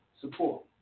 support